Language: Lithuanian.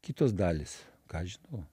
kitos dalys ką žinau